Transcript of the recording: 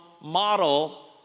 model